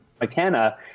McKenna